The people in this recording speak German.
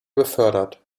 befördert